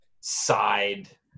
side –